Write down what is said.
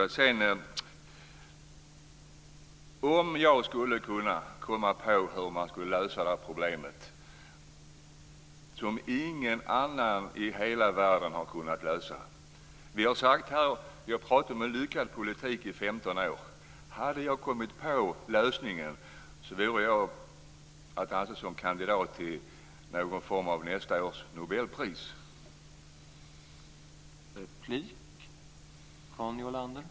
Tänk om jag skulle kunna komma på hur man ska lösa det här problemet som ingen annan i hela världen har kunnat lösa! Vi har pratat om en lyckad politik i 15 år. Hade jag kommit på lösningen så vore jag att anse som kandidat till någon form av nobelpris nästa år.